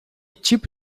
tipo